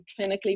clinically